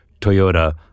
Toyota